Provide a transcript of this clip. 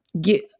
get